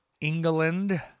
England